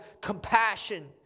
compassion